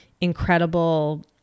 incredible